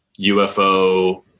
UFO